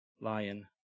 lion